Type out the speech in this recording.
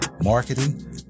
marketing